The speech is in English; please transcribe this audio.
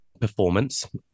performance